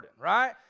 right